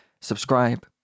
Subscribe